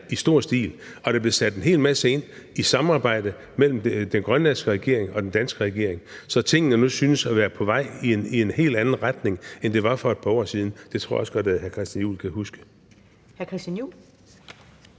i stor stil, og der blev sat en hel masse ind i et samarbejde mellem den grønlandske regering og den danske regering, så tingene nu synes at være på vej i en helt anden retning, end de var for et par år siden. Det tror jeg også godt at hr. Christian Juhl kan huske.